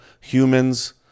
humans